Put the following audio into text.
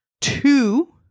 two